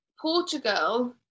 Portugal